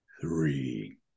three